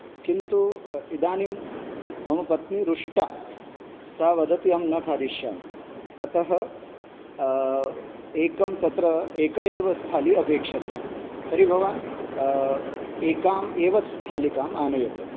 किन्तु इ इदानीं मम पत्नी रुष्टा सा वदति अहं न खादयिष्यामि अतः एकं तत्र एका एव स्थाली अपेक्षते तर्हि भवान् एकाम् एव स्थालिकाम् आनयतु